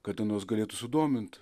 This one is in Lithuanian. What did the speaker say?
kada nors galėtų sudomint